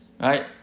right